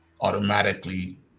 automatically